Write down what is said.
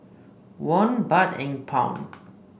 Won Baht and Pound